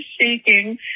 shaking